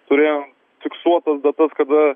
turėjom fiksuotas datas kada